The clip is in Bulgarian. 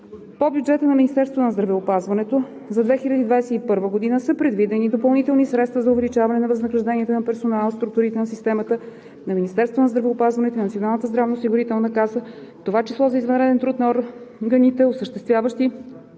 По Бюджета на Министерството на здравеопазването за 2021 г. са предвидени допълнителни средства за увеличаване на възнагражденията на персонала в структурите в системата на Министерството на здравеопазването и Националната здравноосигурителна каса, в това число и за извънреден труд на органите, осъществяващи